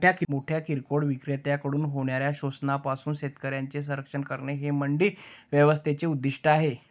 मोठ्या किरकोळ विक्रेत्यांकडून होणाऱ्या शोषणापासून शेतकऱ्यांचे संरक्षण करणे हे मंडी व्यवस्थेचे उद्दिष्ट आहे